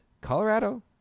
Colorado